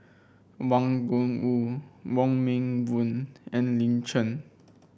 Wang Gungwu Wong Meng Voon and Lin Chen